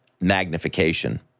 magnification